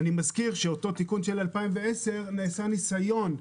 אני מזכיר שבאותו תיקון של 2010 נעשה ניסיון,